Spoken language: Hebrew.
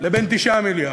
ל-9 מיליארד.